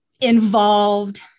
involved